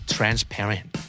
Transparent